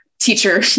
teacher